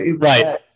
right